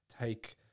take